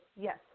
yes